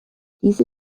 diese